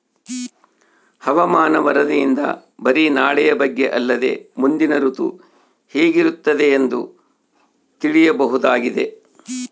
ಹವಾಮಾನ ವರದಿಯಿಂದ ಬರಿ ನಾಳೆಯ ಬಗ್ಗೆ ಅಲ್ಲದೆ ಮುಂದಿನ ಋತು ಹೇಗಿರುತ್ತದೆಯೆಂದು ತಿಳಿಯಬಹುದಾಗಿದೆ